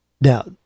Now